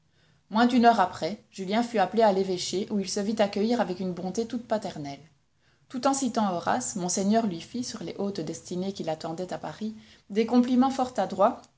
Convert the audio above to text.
moins d'une heure après julien fut appelé à l'évêché où il se vit accueillir avec une bonté toute paternelle tout en citant horace monseigneur lui fit sur les hautes destinées qui l'attendaient à paris des compliments fort adroits